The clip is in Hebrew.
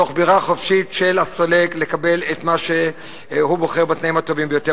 תוך ברירה חופשית של הסולק לקבל את מה שהוא בוחר בתנאים הטובים ביותר.